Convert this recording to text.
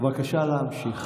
בבקשה להמשיך.